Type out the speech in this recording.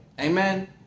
Amen